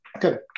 Good